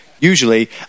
Usually